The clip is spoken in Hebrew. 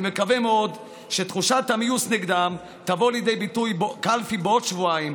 אני מקווה מאוד שתחושת המיאוס נגדם תבוא לידי ביטוי בקלפי בעוד שבועיים,